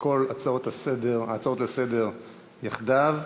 כל ההצעות לסדר-היום יחדיו.